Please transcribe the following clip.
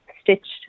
stitched